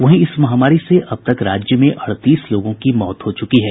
वहीं इस महामारी से अब तक राज्य में अड़तीस लोगों की मौत हो चुकी है